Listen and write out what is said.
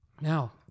Now